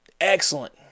Excellent